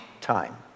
time